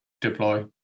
deploy